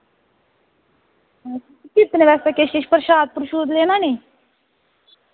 कीर्तने वास्तै किश किश पर्शाद परशूद लेना नी